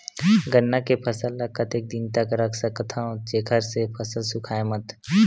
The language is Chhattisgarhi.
गन्ना के फसल ल कतेक दिन तक रख सकथव जेखर से फसल सूखाय मत?